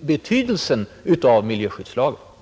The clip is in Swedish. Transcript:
betydelsen av miljöskyddslagen.